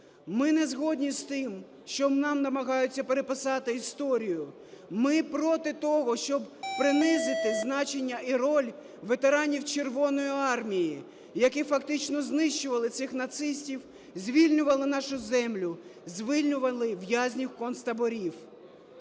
Ми не згодні з тим, що нам намагаються переписати історію. Ми проти того, щоб принизити значення і роль ветеранів Червоної армії, які фактично знищували цих нацистів, звільнювали нашу землю, звільнювали в'язнів концтаборів.